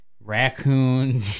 raccoon